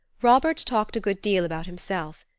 robert talked a good deal about himself.